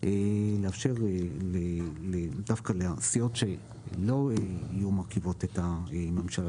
יאפשר דווקא לסיעות שלא מרכיבות את הממשלה,